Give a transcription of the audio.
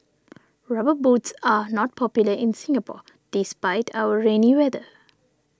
rubber boots are not popular in Singapore despite our rainy weather